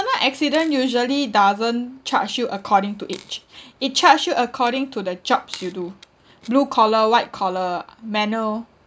accident usually doesn't charge you according to age it charge you according to the jobs you do blue collar white collar manual